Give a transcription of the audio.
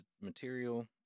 material